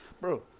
Bro